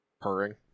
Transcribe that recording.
Purring